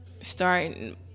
starting